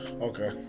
Okay